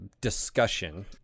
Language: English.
discussion